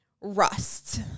Rust